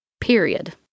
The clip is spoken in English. period